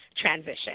transition